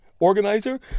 organizer